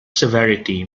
severity